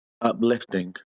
uplifting